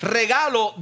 regalo